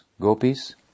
gopis